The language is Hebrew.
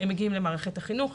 הם מגיעים למערכת החינוך,